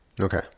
Okay